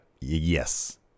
Yes